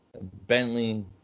Bentley